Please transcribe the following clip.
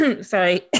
Sorry